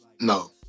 no